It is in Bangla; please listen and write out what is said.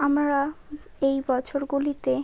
আমরা এই বছরগুলিতে